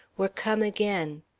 were come again.